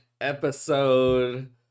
episode